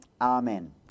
Amen